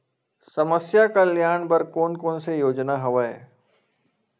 समस्या कल्याण बर कोन कोन से योजना हवय?